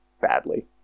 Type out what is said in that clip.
Badly